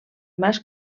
mas